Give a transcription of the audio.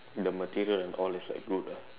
the material and all is like good ah